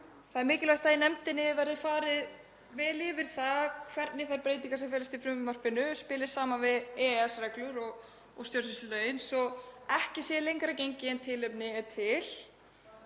það er mikilvægt að í nefndinni verði farið vel yfir það hvernig þær breytingar sem felast í frumvarpinu spili saman við EES-reglur og stjórnsýslulög svo að ekki sé lengra gengið en tilefni er til